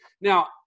Now